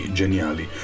geniali